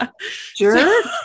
Sure